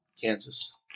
Kansas